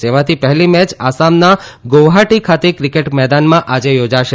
જેમાંથી પહેલી મેચ આસામના ગુવફાટી ખાતેના ક્રિકેટ મેદાનમાં આજે યોજાશે